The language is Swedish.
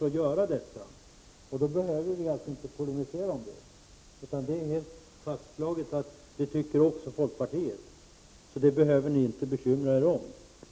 Således behöver vi inte polemisera mot varandra om den saken. Det är helt klart att folkpartiet har samma uppfattning. Ni behöver således inte bekymra er om det.